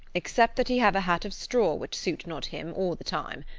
except that he have a hat of straw which suit not him or the time.